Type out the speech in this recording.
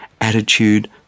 attitude